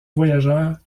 voyageurs